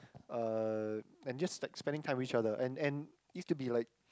uh and just like spending time with each other and and used to be like